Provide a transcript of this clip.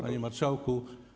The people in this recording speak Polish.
Panie Marszałku!